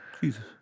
Jesus